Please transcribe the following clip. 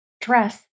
dress